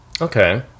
Okay